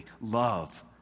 love